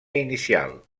inicial